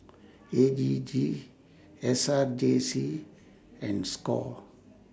A G G S R J C and SCORE